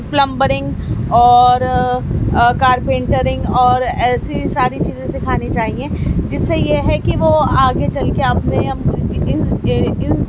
plumbing اور carpentering اور ایسی ساری چیزیں سکھانی چاہئے جس سے یہ ہے کہ وہ آگے چل کے اپنے